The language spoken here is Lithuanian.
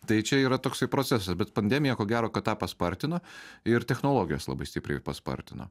tai čia yra toksai procesas bet pandemija ko gero kad tą paspartino ir technologijos labai stipriai paspartino